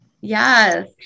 Yes